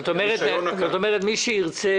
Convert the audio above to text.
זאת אומרת, מי שירצה